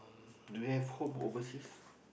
do you have home overseas